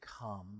come